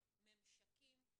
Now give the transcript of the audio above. אני חושב שדווקא בגלל שיש ייחודיות